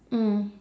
mm